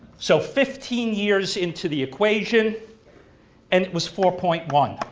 so fifteen years into the equation and it was four point one